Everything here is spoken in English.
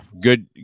good